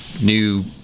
new